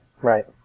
Right